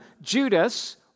Judas